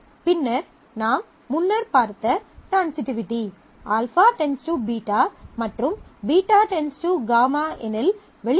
பின்னர் நாம் முன்னர் பார்த்த ட்ரான்சிட்டிவிட்டி α → β மற்றும் β → γ எனில் வெளிப்படையாக α → γ